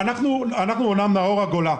אנחנו אומנם מאור הגולה,